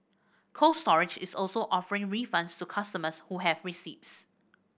Cold Storage is also offering refunds to customers who have receipts